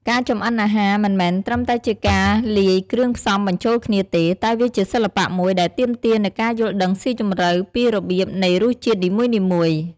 ការចម្អិនអាហារមិនមែនត្រឹមតែជាការលាយគ្រឿងផ្សំបញ្ចូលគ្នាទេ តែវាជាសិល្បៈមួយដែលទាមទារនូវការយល់ដឹងស៊ីជម្រៅពីរបៀបនៃរសជាតិនីមួយៗ។